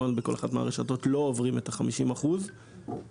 לא עובר 50% של תפוסת מדפים ברשתות הגדולות.